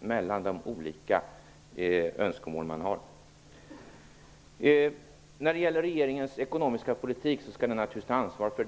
mellan de olika önskemål som man har. Regeringen skall naturligtvis ta ansvar för den ekonomiska politiken.